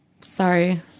Sorry